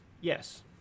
yes